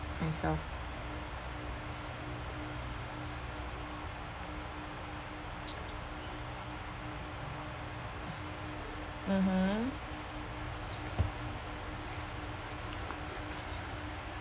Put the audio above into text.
myself mmhmm